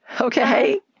Okay